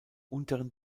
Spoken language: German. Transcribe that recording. unteren